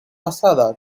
pasada